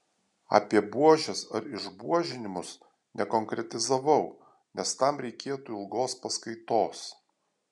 apie buožes ar išbuožinimus nekonkretizavau nes tam reikėtų ilgos paskaitos